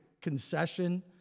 concession